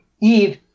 Eve